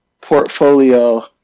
portfolio